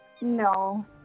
no